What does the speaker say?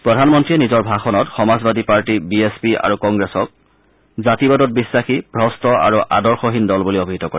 প্ৰধানমন্ত্ৰীয়ে নিজৰ ভাষণত Samajwadi party B S P আৰু কংগ্ৰেছক জাতিবাদত বিখাসী ভ্ৰষ্ট আৰু আদশহীন দল বুলি অভিহিত কৰে